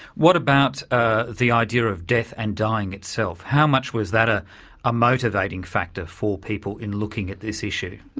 what about ah the idea of death and dying itself? how much was that a ah motivating factor for people in looking at this issue?